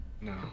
No